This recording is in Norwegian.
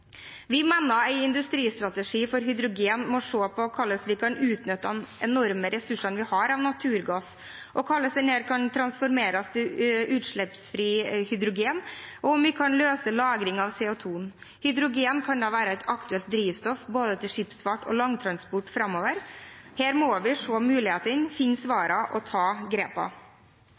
Vi mener en industristrategi for hydrogen må se på hvordan vi kan utnytte de enorme ressursene vi har av naturgass, hvordan denne kan transformeres til utslippsfri hydrogen, og om vi kan løse lagringen av CO 2 . Hydrogen kan da være et aktuelt drivstoff for både skipsfart og langtransport framover. Her må vi se mulighetene, finne svarene og ta